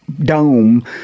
dome